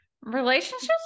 Relationships